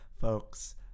Folks